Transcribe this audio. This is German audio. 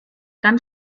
dann